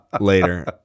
Later